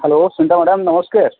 hello Sunita madam ନମସ୍କାର